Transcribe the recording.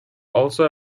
also